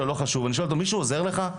'מישהו עוזר לך?',